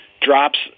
drops